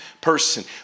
person